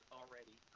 already